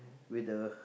with the